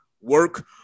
work